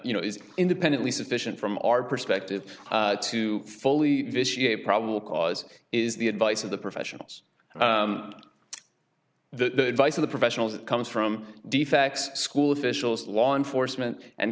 you know is independently sufficient from our perspective to fully vitiate probable cause is the advice of the professionals the vice of the professional that comes from defects school officials law enforcement and